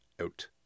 Out